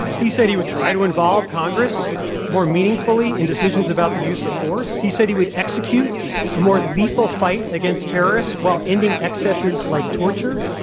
he said he would try to involve congress more meaningfully in decisions about the use of force. he said he would execute a more lethal fight against terrorists while ending excesses like torture.